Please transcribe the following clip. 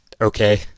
okay